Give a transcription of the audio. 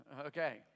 Okay